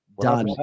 done